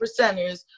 percenters